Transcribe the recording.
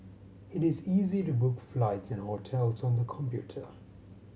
it is easy to book flights and hotels on the computer